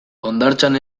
hondartzan